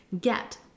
get